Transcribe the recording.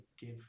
give